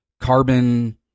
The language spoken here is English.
carbon